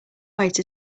wait